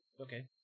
Okay